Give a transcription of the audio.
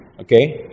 Okay